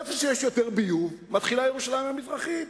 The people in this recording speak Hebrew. איפה שיש יותר ביוב, מתחילה ירושלים המזרחית.